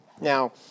Now